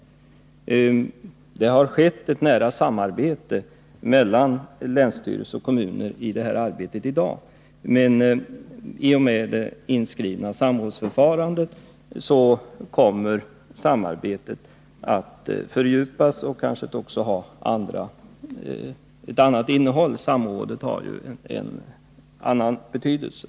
Det har hittills skett ett nära samarbete mellan länsstyrelse och kommuner i det här arbetet. Men i och med det nu inskrivna samrådsförfarandet kommer samarbetet att fördjupas och kanske också ha ett annat innehåll. Samråd har ju en annan betydelse.